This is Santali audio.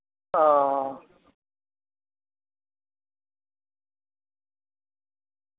ᱚᱻ